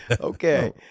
Okay